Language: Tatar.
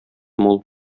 мул